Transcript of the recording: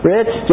Rich